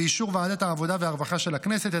באישור ועדת העבודה והרווחה של הכנסת,